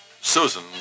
Susan